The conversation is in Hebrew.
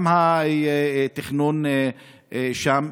גם התכנון שם,